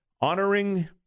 Honoring